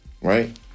Right